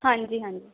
ਹਾਂਜੀ ਹਾਂਜੀ